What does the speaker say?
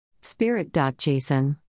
Spirit.json